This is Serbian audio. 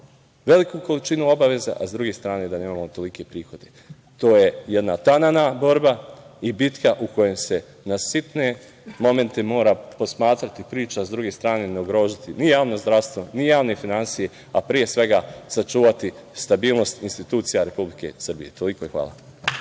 veliku količinu obaveza, a s druge strane da nemamo tolike prihode. To je jedna tanana borba i bitka u kojoj se na sitne momente mora posmatrati priča, a s druge strane ne ugroziti ni javno zdravstvo, ni javne finansije, a pre svega sačuvati stabilnost institucija Republike Srbije. Toliko. Hvala.